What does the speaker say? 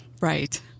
Right